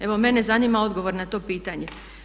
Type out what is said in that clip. Evo mene zanima odgovor na to pitanje.